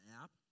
app